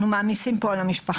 אנחנו מעמיסים פה על המשפחה,